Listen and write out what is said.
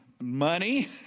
money